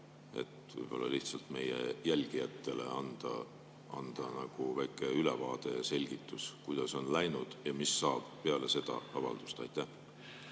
Võib-olla lihtsalt tuleks meie jälgijatele anda väike ülevaade ja selgitus, kuidas on läinud ja mis saab peale seda avaldust.